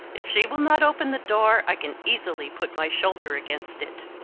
if she will not open the door i can easily put my shoulder against it.